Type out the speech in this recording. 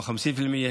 או כ-50% מהם,